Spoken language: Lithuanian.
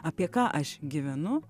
apie ką aš gyvenu